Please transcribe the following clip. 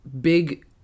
big